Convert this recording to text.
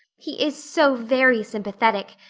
he is so very sympathetic.